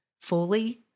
fully